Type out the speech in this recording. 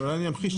אולי אני אמחיש,